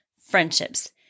friendships